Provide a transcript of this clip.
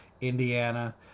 Indiana